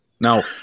now